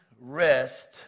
Rest